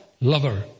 lover